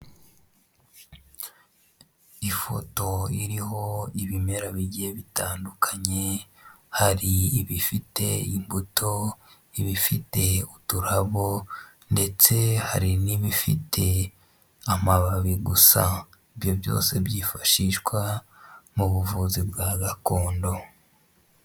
Ifoto iriho ibimera bigiye bitandukanye, hari ibifite imbuto, ibifite uturabo, ndetse hari n'ibifite amababi gusa, ibyo byose byifashishwa mu buvuzi bwa gakondo.